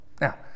Now